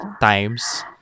times